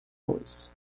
luz